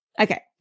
Okay